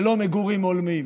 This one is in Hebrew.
ללא מגורים הולמים.